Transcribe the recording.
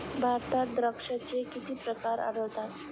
भारतात द्राक्षांचे किती प्रकार आढळतात?